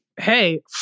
Hey